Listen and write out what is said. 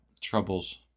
Troubles